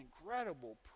incredible